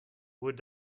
would